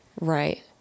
Right